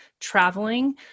traveling